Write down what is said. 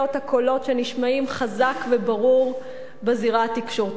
הקולות שנשמעים חזק וברור בזירה התקשורתית.